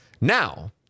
Now